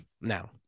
Now